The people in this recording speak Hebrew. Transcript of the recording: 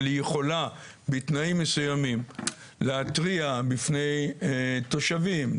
אבל היא יכולה בתנאים מסוימים להתריע בפני תושבים,